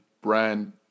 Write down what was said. brand